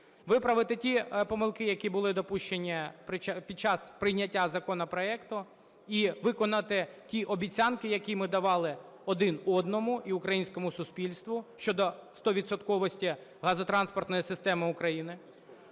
Виправити ті помилки, які були допущені під час прийняття законопроекту і виконати ті обіцянки, які ми давали один одному і українському суспільству щодо 100-відсотковості газотранспортної системи України.